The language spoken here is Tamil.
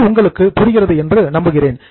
இது உங்களுக்கு புரிகிறது என்று நம்புகிறேன்